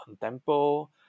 tempo